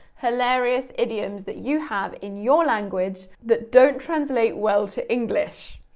hilarious idioms that you have in your language that don't translate well to english.